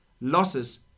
Losses